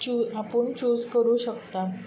आपूण चूज करूंक शकता